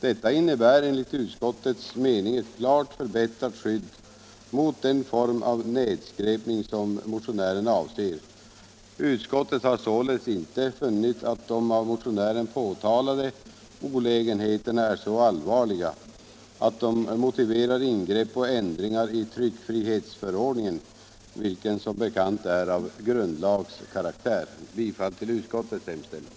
Detta innebär enligt utskottets mening ett klart förbättrat skydd mot den form av nedskräpning som motionären avser. Utskottet har således inte funnit att de av motionären påtalade olägenheterna är så allvarliga att de motiverar ingrepp och ändringar i tryckfrihetsförordningen, vilken som bekant är av grundlagskaraktär. Jag ber att få yrka bifall till utskottets hemställan.